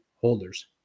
holders